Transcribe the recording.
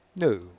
no